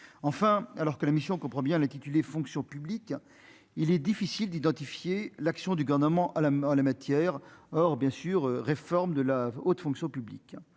enfin, alors que la mission comprend bien l'intitulé Fonction publique : il est difficile d'identifier l'action du gouvernement à la en la matière, or bien sûr, réforme de la haute fonction publique